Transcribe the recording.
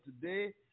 today